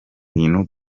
bintu